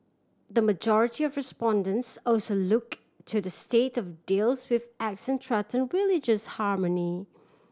the majority of respondents also look to the state of deals with act threaten religious harmony